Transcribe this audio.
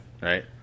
Right